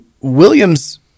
Williams